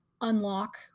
Unlock